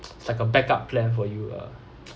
it's like a backup plan for you ah